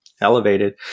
elevated